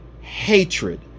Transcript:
hatred